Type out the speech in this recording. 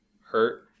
hurt